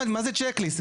מה זה צ'ק ליסט?